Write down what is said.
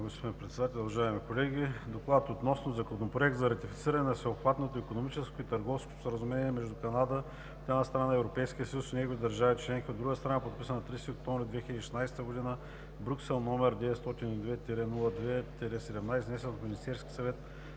Уважаеми господин Председател, уважаеми колеги! „ДОКЛАД относно Законопроект за ратифициране на Всеобхватното икономическо и търговско споразумение между Канада, от една страна, и Европейския съюз и неговите държави членки, от друга страна, подписано на 30 октомври 2016 г. в Брюксел, № 902-02-17, внесен от Министерския съвет